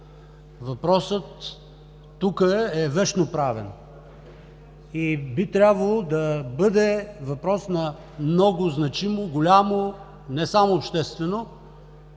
Въпросът тук е вещноправен и би трябвало да бъде въпрос на много значимо, голямо не само обществено